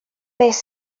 beth